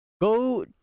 go